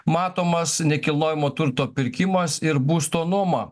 matomas nekilnojamo turto pirkimas ir būsto nuoma